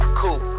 cool